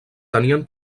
tenien